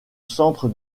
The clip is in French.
centre